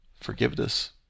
Forgiveness